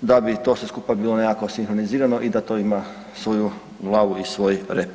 da bi to sve skupa bilo nekako sinhronizirano i da to ima svoju glavu i svoj rep.